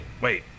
Wait